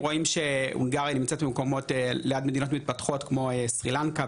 רואים שהונגריה נמצאת במקומות ליד מדינות מתפתחות כמו סרילנקה,